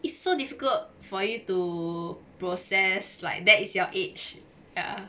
it's so difficult for you to process like that is your age ya